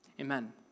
Amen